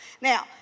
now